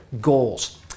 goals